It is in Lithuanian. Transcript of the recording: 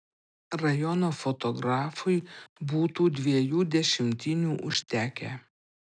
rajono fotografui būtų dviejų dešimtinių užtekę